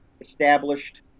established